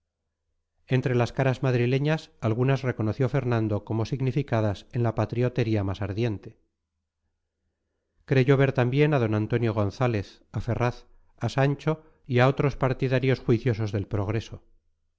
entre las caras madrileñas algunas reconoció fernando como significadas en la patriotería más ardiente creyó ver también a d antonio gonzález a ferraz a sancho y a otros partidarios juiciosos del progreso